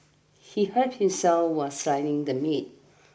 he hurt himself while the meat